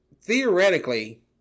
theoretically